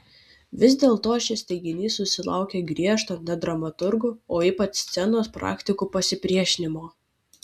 vis dėlto šis teiginys susilaukė griežto net dramaturgų o ypač scenos praktikų pasipriešinimo